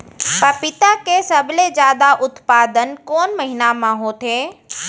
पपीता के सबले जादा उत्पादन कोन महीना में होथे?